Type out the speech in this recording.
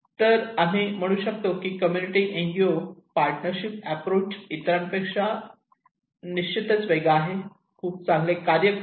तर आम्ही म्हणू शकतो की कम्युनिटी एनजीओ पार्टनरशिप अॅप्रोच ने इतरांपेक्षा खूप चांगले कार्य केले आहे